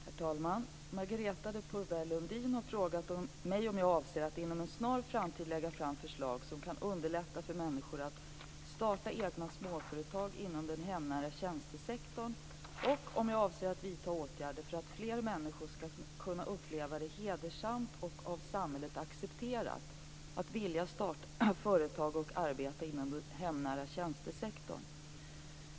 Herr talman! Marietta de Pourbaix-Lundin har frågat mig om jag avser att inom en snar framtid lägga fram förslag som kan underlätta för människor att starta egna småföretag inom den hemnära tjänstesektorn och om jag avser att vidta åtgärder för att fler människor skall kunna uppleva det hedersamt och av samhället accepterat att vilja starta företag och arbeta inom den hemnära tjänstesektorn.